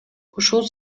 ушул